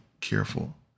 careful